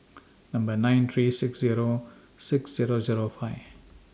Number nine three six Zero six Zero Zero five